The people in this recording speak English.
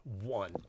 one